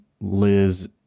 Liz